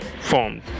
formed